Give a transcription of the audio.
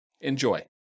Enjoy